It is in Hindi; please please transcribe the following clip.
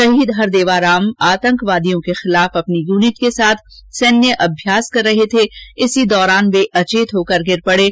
शहीद हरदेवाराम आतंकवादियों के खिलाफ अपनी यूनिट के साथ सैन्य अभ्यास कर रहे थे इसी दौरान वह अचेत होकर गिर पड़े